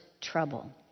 trouble